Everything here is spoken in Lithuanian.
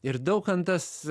ir daukantas